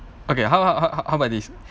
okay how how how about this